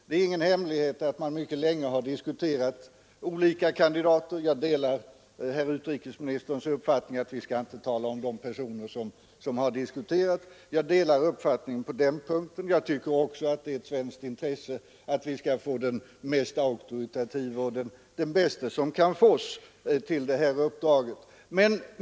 Det är ingen hemlighet att man diskuterat olika kandidater. Jag delar utrikesministerns uppfattning att vi inte skall tala om de personer som diskuterats. Jag tycker också att det är ett svenskt intresse att få den mest auktoritative, den bäste som kan fås, till detta uppdrag.